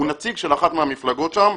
הוא נציג של אחת מהמפלגות שם.